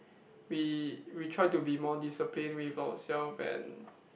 we we try to be more discipline with ourselves and